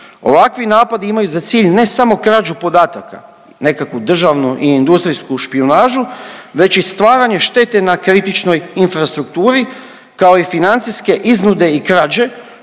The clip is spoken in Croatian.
Ovakvi napadi imaju za cilj ne samo krađu podataka, nekakvu državnu i industrijsku špijunažu, već i stvaranje štete na kritičnoj infrastrukturi, kao i financijske iznude i krađe,